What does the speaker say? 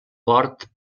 port